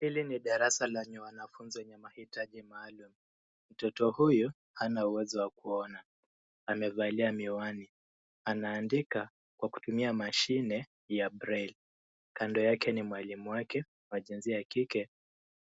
Hili ni darasa lenye wanafunzi wenye mahitaji maalum. Mtoto huyu hana uwezo wa kuona. Amevalia miwani. Anaandika kwa kutumia machine ya braille . Kando yake ni mwalimu wake wa jinsia ya kike